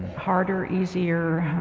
harder, easier,